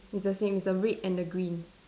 it's the same it's the red and the green